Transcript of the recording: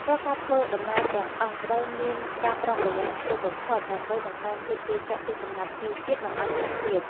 រាល់ការធ្វើដំណើរទាំងអស់ត្រូវមានការប្រុងប្រយ័ត្នខ្ពស់បំផុតដើម្បីបង្កើនភាពជឿជាក់ពីសំណាក់ភ្ញៀវជាតិនិងអន្តរជាតិ។